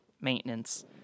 Maintenance